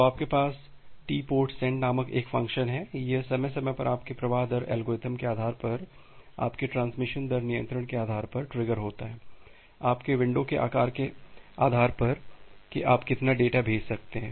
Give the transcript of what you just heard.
तो आपके पास TportSend नामक एक फ़ंक्शन है यह समय समय पर आपके प्रवाह दर एल्गोरिदम के आधार पर आपके ट्रांसमिशन दर नियंत्रण के आधार पर ट्रिगर होता है आपके विंडो के आकार के आधार पर कि आप कितना डेटा भेज सकते हैं